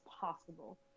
possible